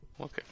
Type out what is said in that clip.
Okay